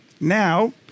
Now